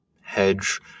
hedge